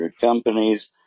companies